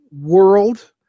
world